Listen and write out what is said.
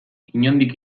inondik